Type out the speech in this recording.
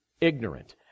ignorant